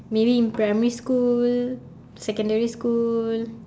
maybe in primary school secondary school